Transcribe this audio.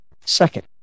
second